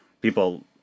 People